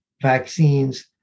vaccines